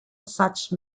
such